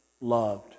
loved